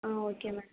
ah okay ma'am